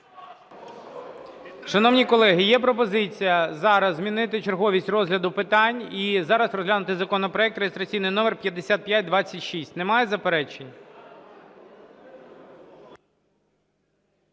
Шановні колеги, є пропозиція зараз змінити черговість розгляду питань і зараз розглянути законопроект реєстраційний номер 5526. Немає заперечень?